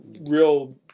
real